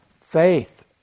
faith